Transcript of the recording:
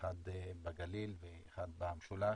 אחד בגליל ואחד במשולש,